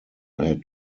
had